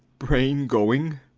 brain going.